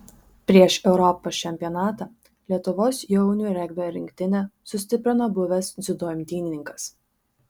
prieš europos čempionatą lietuvos jaunių regbio rinktinę sustiprino buvęs dziudo imtynininkas